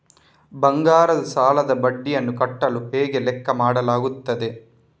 ಬಂಗಾರದ ಸಾಲದ ಬಡ್ಡಿಯನ್ನು ಕಟ್ಟಲು ಹೇಗೆ ಲೆಕ್ಕ ಮಾಡಲಾಗುತ್ತದೆ?